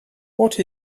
what